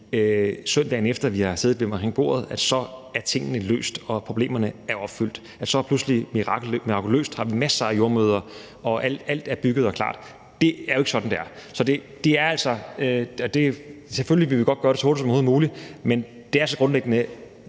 søndagen efter at vi har siddet omkring bordet, så er tingene løst og problemerne ophørt, altså at vi pludselig på mirakuløs vis har masser af jordemødre og alt er bygget og klart. Det er jo ikke sådan, det er. Selvfølgelig vil vi godt gøre det så hurtigt som overhovedet muligt, men det er så grundlæggende